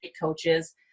coaches